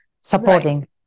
supporting